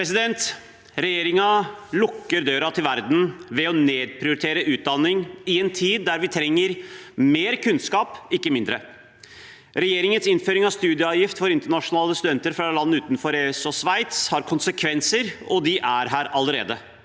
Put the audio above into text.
Regjeringen lukker døra til verden ved å nedprioritere utdanning i en tid der vi trenger mer kunnskap, ikke mindre. Regjeringens innføring av studieavgift for internasjonale studenter fra land utenfor EØS og Sveits har konsekvenser, og de er her allerede.